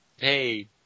hey